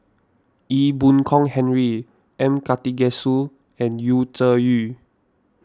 Ee Boon Kong Henry M Karthigesu and Yu Zhuye